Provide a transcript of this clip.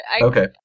Okay